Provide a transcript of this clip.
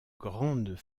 grandes